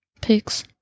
Pigs